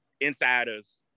insiders